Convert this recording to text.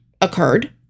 occurred